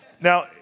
Now